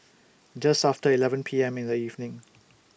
Just after eleven P M in The evening